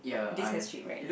this has shape right